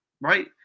right